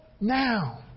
now